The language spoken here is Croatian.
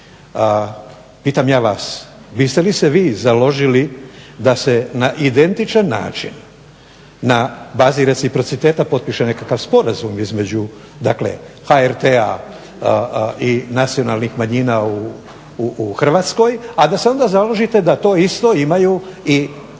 Pitam ja vas biste li ste vi založili da se na identičan način na bazi reciprociteta potpiše nekakav sporazum između, dakle HRT-a i nacionalnih manjina u Hrvatskoj, a da se onda založite da to isto imaju i